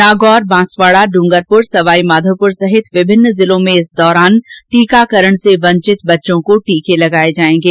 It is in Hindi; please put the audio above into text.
नागौर बांसवाड़ा डूंगरपुर सवाईमाघोपुर सहित विभिन्न जिलों में इस दौरान टीकाकरण से वंचित बच्चों को टीके लगाए जाएंगे